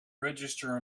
register